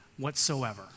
whatsoever